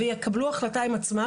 ויקבלו החלטה עם עצמן.